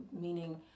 Meaning